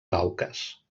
caucas